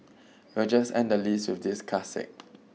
we'll just end the list with this classic